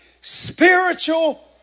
spiritual